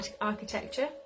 architecture